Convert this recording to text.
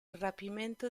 rapimento